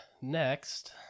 next